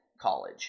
college